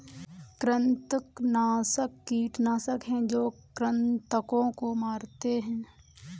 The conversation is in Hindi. कृंतकनाशक कीटनाशक हैं जो कृन्तकों को मारते हैं